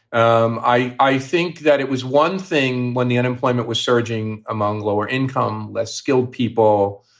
um i i think that it was one thing when the unemployment was surging among lower income, less skilled people.